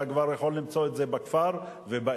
אתה כבר יכול למצוא את זה בכפר ובעיר,